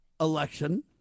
election